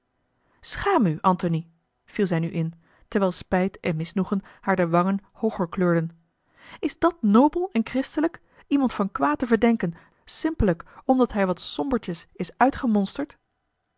schaam u antony viel zij nu in terwijl spijt en misnoegen haar de wangen hooger kleurden is dat nobel en christelijk iemand van kwaad te verdenken simpelijk omdat hij wat sombertjes is